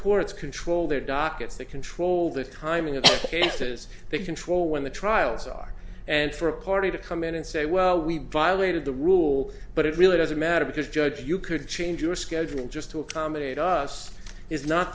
courts control their dockets they control the timing of the cases they control when the trials are and for a party to come in and say well we violated the rule but it really doesn't matter because judge you could change your schedule just to accommodate us is not